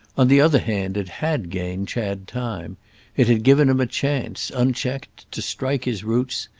on the other hand it had gained chad time it had given him a chance, unchecked, to strike his roots,